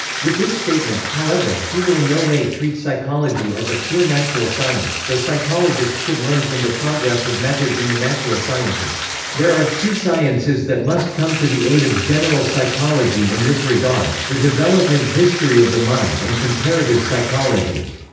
with this statement, however, he will in no way treat psychology as a pure natural science, though psychologists should learn from the progress of methods in the natural sciences there are two sciences that must come to the aid of general psychology in this regard the development history of the mind and comparative psychology.